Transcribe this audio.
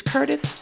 Curtis